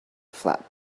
flap